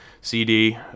CD